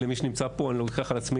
אני לוקח על עצמי